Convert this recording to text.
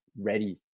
ready